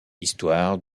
histoires